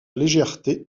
légèreté